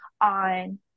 on